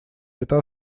это